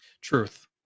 Truth